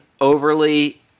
overly